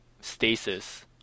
stasis